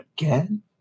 again